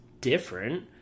different